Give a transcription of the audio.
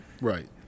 Right